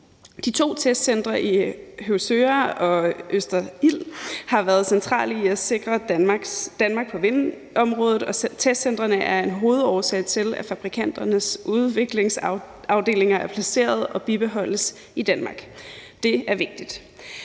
De to testcentre i Høvsøre og Østerild har været centrale i at sikre Danmarks stilling på vindområdet, og testcentrene er en hovedårsag til, at fabrikanternes udviklingsafdelinger er placeret og bibeholdes i Danmark. Det er vigtigt.